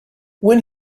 when